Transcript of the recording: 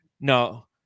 No